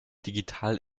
digital